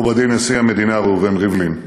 מכובדי נשיא המדינה ראובן ריבלין,